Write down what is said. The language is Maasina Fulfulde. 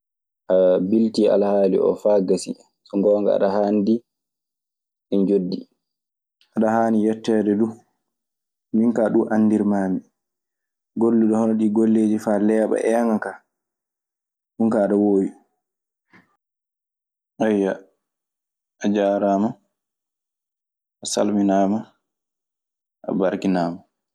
"A biltii alhaali oo faa gasi. So ngoonga, aɗe haandi e njoɓdi." Ayyo, a jaaraama, a salminaama, a barkinaama.